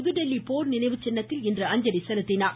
புதுதில்லி போர் நினைவுச்சின்னத்தில் இன்று அஞ்சலி செலுத்தினார்